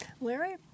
Larry